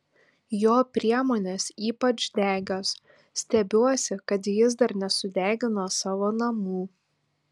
jo priemonės ypač degios stebiuosi kad jis dar nesudegino savo namų